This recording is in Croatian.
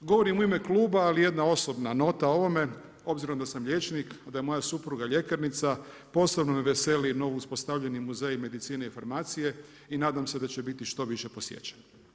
Govorim u ime kluba ali jedna osobna nota ovome, obzirom da sam liječnik a da je moja supruga ljekarnica posebno me veseli novo uspostavljeni muzej medicine i farmacije i nadam se da će biti što više posjećen.